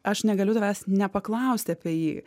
aš negaliu tavęs nepaklausti apie jį